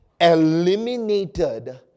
eliminated